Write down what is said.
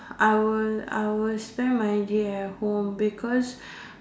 I will I will spend my day at home because